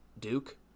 Duke